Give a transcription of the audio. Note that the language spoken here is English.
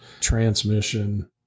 transmission